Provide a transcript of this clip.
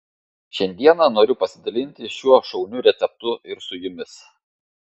šiandieną noriu pasidalinti šiuo šauniu receptu ir su jumis